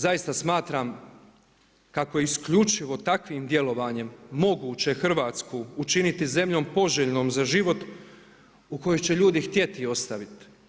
Zaista smatram kako isključivo takvim djelovanjem moguće Hrvatsku učiniti Hrvatsku zemljom poželjnom za život u kojoj će ljudi htjeti ostati.